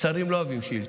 שרים לא אוהבים שאילתות.